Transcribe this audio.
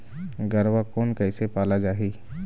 गरवा कोन कइसे पाला जाही?